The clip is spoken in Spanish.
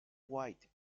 white